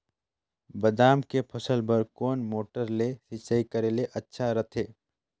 बादाम के के फसल बार कोन मोटर ले सिंचाई करे ले अच्छा रथे?